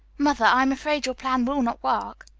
mother, i am afraid your plan will not work.